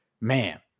man